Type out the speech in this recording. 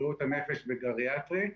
בריאות הנפש וגריאטרי.